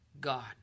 God